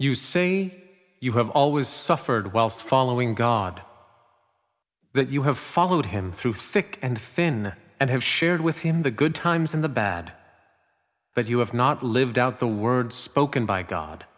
you say you have always suffered whilst following god that you have followed him through thick and thin and have shared with him the good times and the bad but you have not lived out the words spoken by god